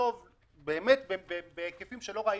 הוא גם לא נכון.